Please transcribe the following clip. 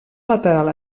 lateral